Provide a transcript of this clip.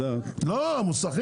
השתנה.